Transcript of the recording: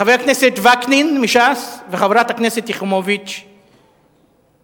חבר הכנסת וקנין מש"ס וחברת הכנסת יחימוביץ מהעבודה,